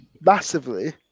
massively